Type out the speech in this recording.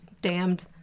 damned